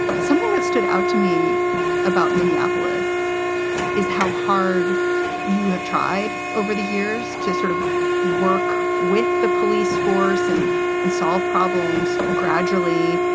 something that stood out to me about minneapolis is how hard you have tried over the years to sort of work with the police force and and solve problems gradually.